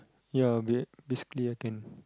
ya ba~ basically I can